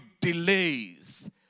delays